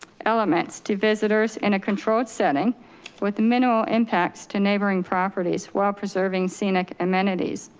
elements to visitors in a controlled setting with minimal impacts to neighboring properties while preserving scenic amenities.